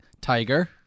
tiger